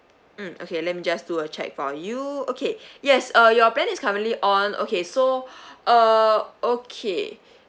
mm okay let me just do a check for you okay yes uh your plan is currently on okay so uh okay